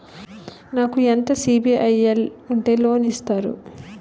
నాకు ఎంత సిబిఐఎల్ ఉంటే లోన్ ఇస్తారు?